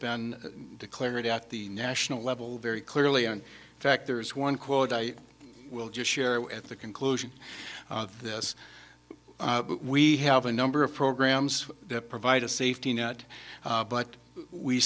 been declared at the national level very clearly in fact there is one quote i will just share at the conclusion of this we have a number of programs that provide a safety net but we